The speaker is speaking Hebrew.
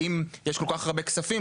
אם יש כל כך הרבה כספים,